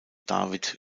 david